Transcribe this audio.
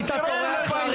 הטרור היחידי זה הכיבוש,